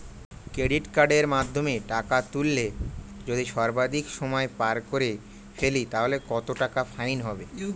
Credit কার্ডের মাধ্যমে টাকা তুললে যদি সর্বাধিক সময় পার করে ফেলি তাহলে কত টাকা ফাইন হবে?